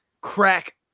crack